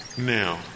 Now